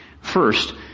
First